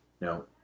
No